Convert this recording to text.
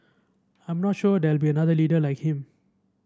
I'm not sure there will be another leader like him